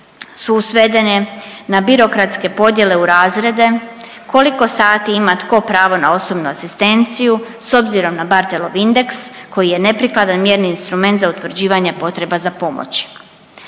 su svedene na birokratske podjele u razrede, koliko sati ima tko pravo na osobnu asistenciju s obzirom na Barthelov indeks koji je neprikladan mjerni instrument za utvrđivanje potreba za pomoći.